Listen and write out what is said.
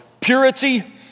purity